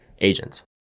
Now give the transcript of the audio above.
agents